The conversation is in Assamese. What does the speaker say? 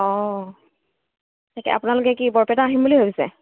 অঁ এতিয়া কি আপোনালোকে কি বৰপেটা আহিম বুলি ভাবিছে